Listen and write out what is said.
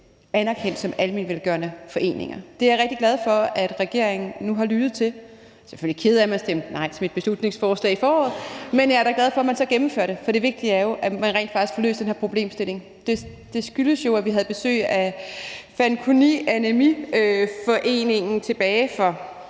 anerkendt som almenvelgørende foreninger. Det er jeg rigtig glad for at regeringen nu har lyttet til. Jeg er selvfølgelig ked af, at man stemte nej til mit beslutningsforslag i foråret, men jeg er da glad for, at man så gennemfører det. For det vigtige er jo, at man rent faktisk får løst den her problemstilling. Det skyldes, at vi havde besøg af Fanconi Anæmi-foreningen tilbage for